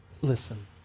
Listen